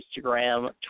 Instagram